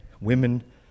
Women